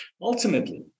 Ultimately